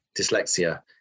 dyslexia